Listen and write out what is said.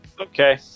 Okay